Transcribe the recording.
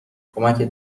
کمکت